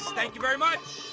thank you very much.